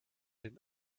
den